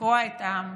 לקרוע את העם.